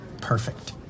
perfect